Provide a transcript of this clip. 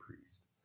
priest